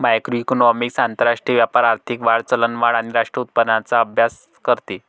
macroeconomics आंतरराष्ट्रीय व्यापार, आर्थिक वाढ, चलनवाढ आणि राष्ट्रीय उत्पन्नाचा अभ्यास करते